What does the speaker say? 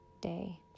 day